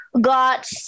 got